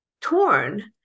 torn